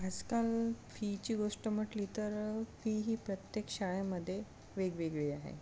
आजकाल फीची गोष्ट म्हटली तर फी ही प्रत्येक शाळेमध्ये वेगवेगळी आहे